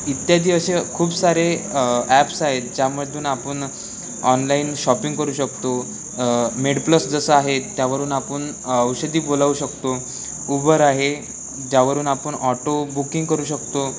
इत्यादी असे खूप सारे ॲप्स आहेत ज्यामधून आपण ऑनलाईन शॉपिंग करू शकतो मेडप्लस जसं आहे त्यावरून आपण औषधी बोलावू शकतो उबर आहे ज्यावरून आपण ऑटो बुकिंग करू शकतो